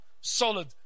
solid